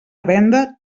venda